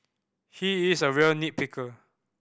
he is a real nit picker